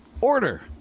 order